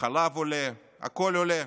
החלב עולה, הכול עולה.